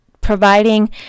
providing